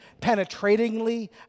penetratingly